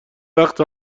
وقت